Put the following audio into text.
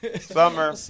Summer